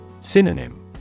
Synonym